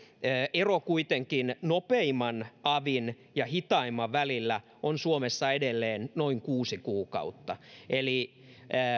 ero nopeimman ja hitaimman avin välillä suomessa kuitenkin on edelleen noin kuusi kuukautta eli